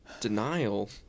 Denial